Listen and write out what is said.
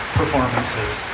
performances